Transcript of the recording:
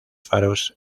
faros